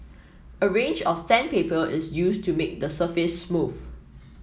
a range of sandpaper is used to make the surface smooth